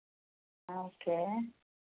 okay